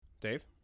Dave